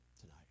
tonight